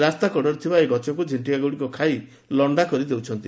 ରାସ୍ତା କଡରେ ଥିବା ଏହି ଗଛକୁ ଝିଣ୍ଟିକା ଗୁଡିକ ଖାଇ ଲଣ୍ଡା କରି ଦେଉଛନ୍ତି